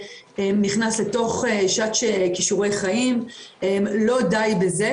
שלום לך, בוקר טוב.